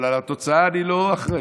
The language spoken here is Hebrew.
אבל לתוצאה אני לא אחראי.